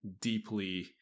deeply